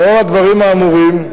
לאור הדברים האמורים,